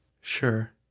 Sure